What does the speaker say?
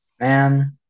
Man